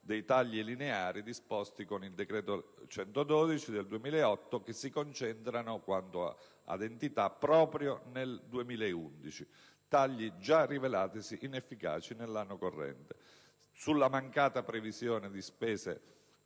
dei tagli lineari disposti con il decreto‑legge n. 112 del 2008, che si concentrano, quanto ad entità, proprio nel 2011 (tagli già rivelatisi inefficaci nell'anno corrente), sulla mancata previsione di spese